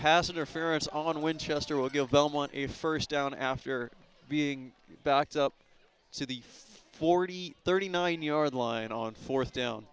passenger ferrous on winchester will give belmont a first down after being backed up to the forty thirty nine yard line on fourth down